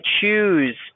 choose